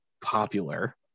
popular